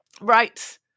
Right